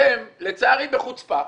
אתם, לצערי בחוצפה,